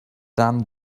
done